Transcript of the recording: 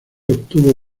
obtuvo